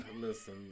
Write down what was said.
Listen